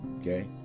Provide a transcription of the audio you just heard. Okay